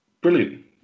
brilliant